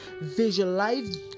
Visualize